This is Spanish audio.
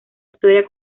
historia